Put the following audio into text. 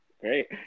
Great